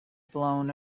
blown